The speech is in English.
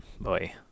boy